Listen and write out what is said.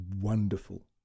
wonderful